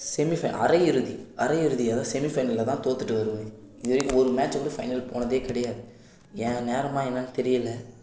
semi final அரையிறுதி அரையிறுதி அதாவது செமி ஃபைனலில் தான் தோற்றுட்டு வருவேனே இது வரைக்கும் ஒரு மேட்ச் கூட ஃபைனல் போனதே கிடையாது என் நேரமா என்னென்னு தெரியலை